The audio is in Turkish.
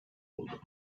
oldu